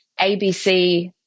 ABC